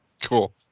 Cool